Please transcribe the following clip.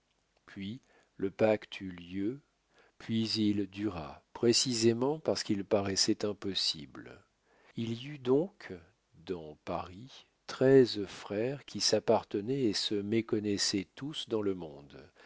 puis le pacte eut lieu puis il dura précisément parce qu'il paraissait impossible il y eut donc dans paris treize frères qui s'appartenaient et se méconnaissaient tous dans le monde